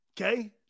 Okay